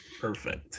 Perfect